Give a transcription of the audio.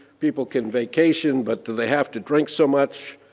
people can vacation, but do they have to drink so much.